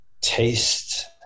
taste